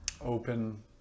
open